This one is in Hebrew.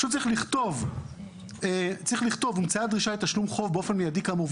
צריך לכתוב ש"הומצאה דרישה לתשלום חוב באופן מיידי כאמור,